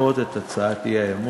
לדחות את הצעות האי-אמון.